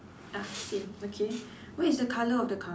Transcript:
ah same okay what is the color of the car